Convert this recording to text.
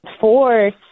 four